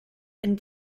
and